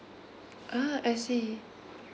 ah I see